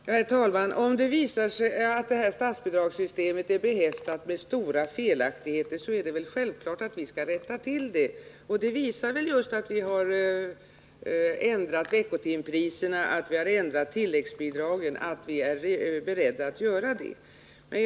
Herr talman! Om det visar sig att detta statsbidragssystem är behäftat med stora felaktigheter, skall vi självklart rätta till dem. Det framgår väl av att vi har ändrat veckotimpriserna och är beredda att ändra tilläggsbidragen.